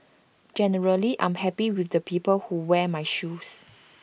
generally I'm happy with the people who wear my shoes